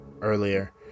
earlier